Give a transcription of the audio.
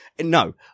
No